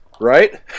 Right